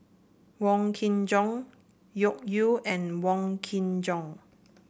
Wong Kin Jong Loke Yew and Wong Kin Jong